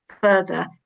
further